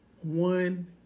one